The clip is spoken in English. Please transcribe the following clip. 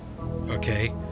Okay